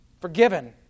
Forgiven